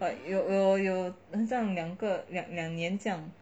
我有很像两个两年这样